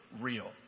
real